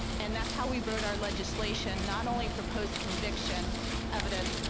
and that's how we wrote our legislation, not only for post conviction evidence,